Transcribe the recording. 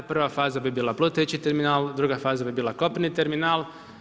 Prva faza bi bila plutajući terminal, druga faza bi bila kopneni termina.